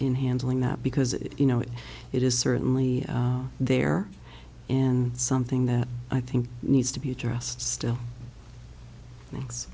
in handling that because you know it is certainly there and something that i think needs to be addressed still makes